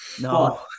No